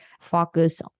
focus